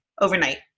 overnight